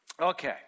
Okay